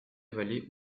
vallée